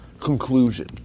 conclusion